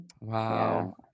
wow